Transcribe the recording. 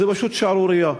זה פשוט שערורייה.